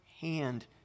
hand